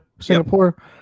Singapore